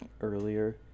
earlier